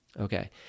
Okay